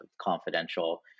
confidential